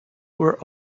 were